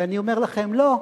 ואני אומר לכם: לא.